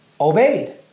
Obeyed